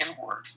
inward